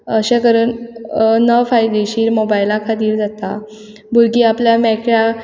अशें करून नफायदेशीर मोबायला खातीर जाता भुरगीं आपल्याक मेकळ्या